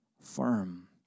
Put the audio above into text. firm